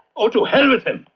ah to hell with it!